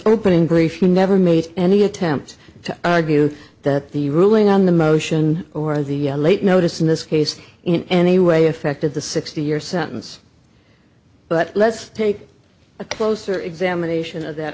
opening brief you never made any attempt to argue that the ruling on the motion or the late notice in this case in any way affected the sixty year sentence but let's take a closer examination of that